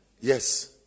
Yes